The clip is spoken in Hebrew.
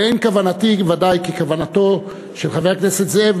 ואין כוונתי ודאי ככוונתו של חבר הכנסת זאב,